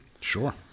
Sure